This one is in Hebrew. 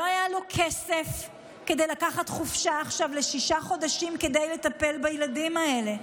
לא היה לו כסף כדי לקחת חופשה עכשיו לשישה חודשים כדי לטפל בילדים האלה.